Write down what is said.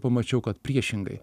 pamačiau kad priešingai